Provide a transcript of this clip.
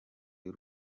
y’u